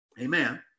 amen